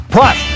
Plus